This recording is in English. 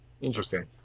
Interesting